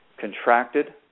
contracted